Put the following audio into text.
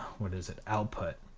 where there's an output.